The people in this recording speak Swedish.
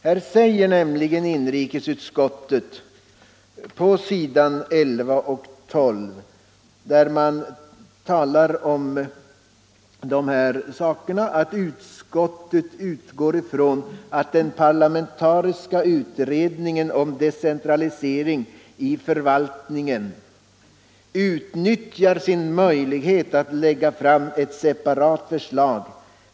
Inrikesutskottet säger nämligen på s.11 och 12, där motionen behandlas, att utskottet utgår ifrån att den parlamentariska utredningen om decentralisering i förvaltningen utnyttjar sin möjlighet att lägga fram ett separat förslag.